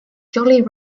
jolly